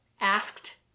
Asked